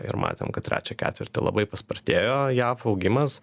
ir matėm kad trečią ketvirtį labai paspartėjo jav augimas